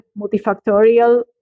multifactorial